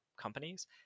companies